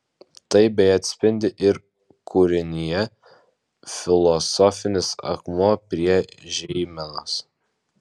tai beje atsispindi ir kūrinyje filosofinis akmuo prie žeimenos